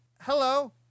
hello